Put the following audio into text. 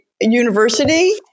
university